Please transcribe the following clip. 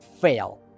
fail